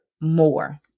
more